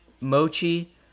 Mochi